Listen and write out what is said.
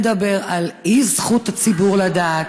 מדבר על אי-זכות הציבור לדעת,